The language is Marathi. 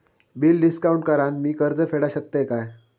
बिल डिस्काउंट करान मी कर्ज फेडा शकताय काय?